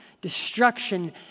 destruction